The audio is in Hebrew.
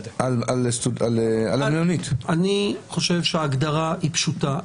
אני חושב שההגדרה היא פשוטה,